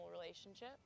relationship